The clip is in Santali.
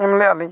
ᱮᱢᱞᱮᱫᱼᱟ ᱞᱤᱧ